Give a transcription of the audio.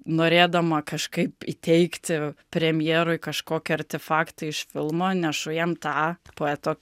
norėdama kažkaip įteikti premjerui kažkokį artefaktą iš filmo nešu jam tą poeto